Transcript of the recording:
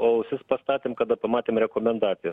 o ausis pastatėm kada pamatėm rekomendacijas